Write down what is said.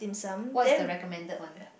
what is the recommended one